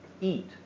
eat